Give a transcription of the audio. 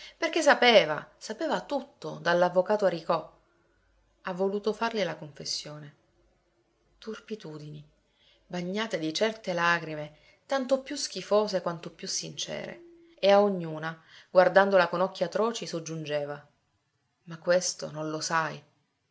perché sapeva sapeva tutto dall'avvocato aricò ha voluto farle la confessione turpitudini bagnate di certe lagrime tanto più schifose quanto più sincere e a ognuna guardandola con occhi atroci soggiungeva ma questo non lo sai